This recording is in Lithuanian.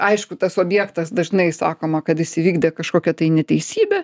aišku tas objektas dažnai sakoma kad jis įvykdė kažkokią tai neteisybę